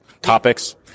Topics